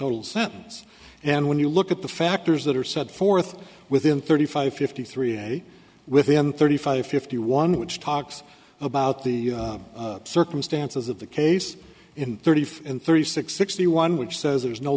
total sentence and when you look at the factors that are set forth within thirty five fifty three and with them thirty five fifty one which talks about the circumstances of the case in thirty five and thirty six sixty one which says there is no